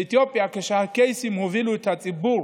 באתיופיה הקייסים הובילו את הציבור